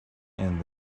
and